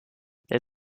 der